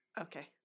Okay